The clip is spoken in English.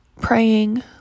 praying